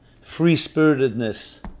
free-spiritedness